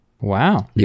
Wow